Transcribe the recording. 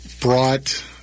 brought